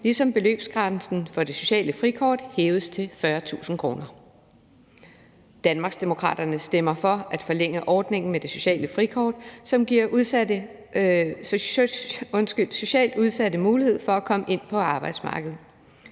ligesom beløbsgrænsen for det sociale frikort hæves til 40.000 kr. Danmarksdemokraterne stemmer for at forlænge ordningen med det sociale frikort, som giver socialt udsatte mulighed for at komme ind på arbejdsmarkedet.